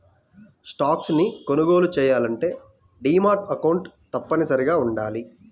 stocks ని కొనుగోలు చెయ్యాలంటే డీమాట్ అకౌంట్ తప్పనిసరిగా వుండాలి